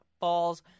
falls